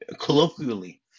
colloquially